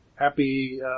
Happy